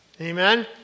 Amen